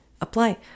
apply